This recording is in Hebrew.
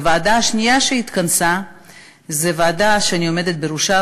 הוועדה השנייה שהתכנסה היא ועדה שאני עומדת בראשה,